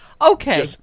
okay